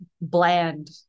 bland